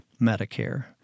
Medicare